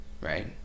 right